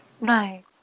Right